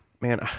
Man